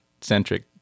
centric